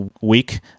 week